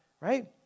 right